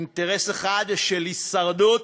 אינטרס אחד, של הישרדות,